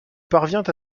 parvient